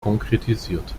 konkretisiert